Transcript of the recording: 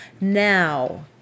Now